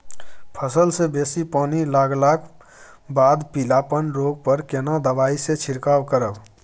फसल मे बेसी पानी लागलाक बाद पीलापन रोग पर केना दबाई से छिरकाव करब?